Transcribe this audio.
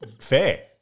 fair